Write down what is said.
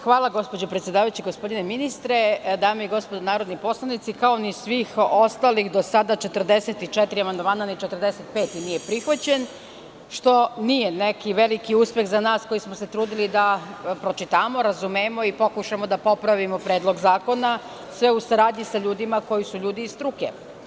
Hvala gospođo predsedavajuća, gospodine ministre, dame i gospodo narodni poslanici, kao ni svih ostalih do sada 44 amandmana, ni 45. nije prihvaćen, što nije neki veliki uspeh za nas koji smo se trudili da pročitamo, razumemo i pokušamo da popravimo Predlog zakona, sve u saradnji sa ljudima koji su iz struke.